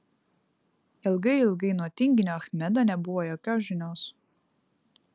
ilgai ilgai nuo tinginio achmedo nebuvo jokios žinios